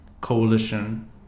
coalition